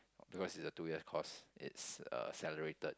because it's a two year course it's accelerated